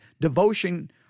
devotion